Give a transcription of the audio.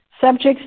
subjects